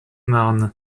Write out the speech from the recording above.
marne